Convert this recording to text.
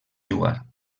jugar